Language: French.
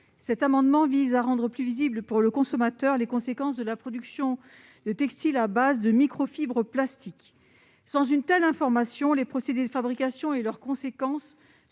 Cet amendement vise à rendre plus visibles, pour le consommateur, les conséquences de la production de textiles à base de microfibres plastiques. Sans une telle information, les procédés de fabrication et leurs effets